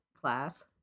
Class